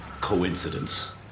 Coincidence